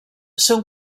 són